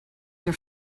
your